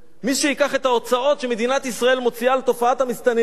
מי שייקח את ההוצאות שמדינת ישראל מוציאה על תופעת המסתננים,